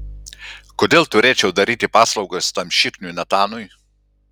kodėl turėčiau daryti paslaugas tam šikniui natanui